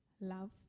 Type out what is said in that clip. love